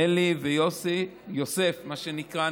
אלי ויוסי, יוסף, מה שנקרא.